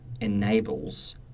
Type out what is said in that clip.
Enables